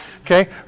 Okay